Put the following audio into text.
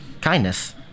kindness